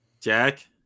Jack